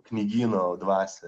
knygyno dvasią